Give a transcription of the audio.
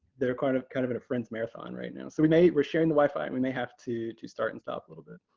they're kind of kind of in a friends marathon right now. so we may we're sharing the wi-fi. we may have to to start and stop a little bit.